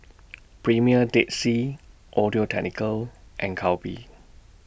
Premier Dead Sea Audio Technica and Calbee